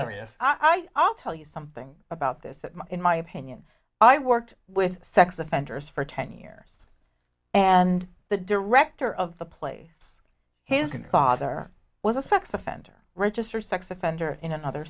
yes i'll tell you something about this that in my opinion i worked with sex offenders for ten years and the director of the place his father was a sex offender registered sex offender in another